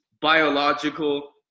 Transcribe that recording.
biological